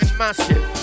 massive